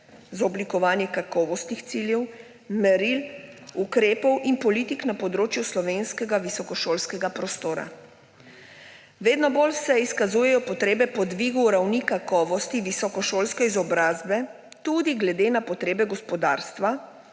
za oblikovanje kakovostnih ciljev, meril, ukrepov in politik na področju slovenskega visokošolskega prostora. Vedno bolj se izkazujejo potrebe po dvigu ravni kakovosti visokošolske izobrazbe, tudi glede na potreba gospodarstva,